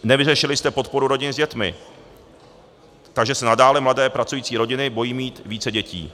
Nevyřešili jste podporu rodin s dětmi, takže se nadále mladé pracující rodiny bojí mít více dětí.